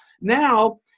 Now